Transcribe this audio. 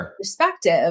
perspective